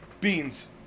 Beans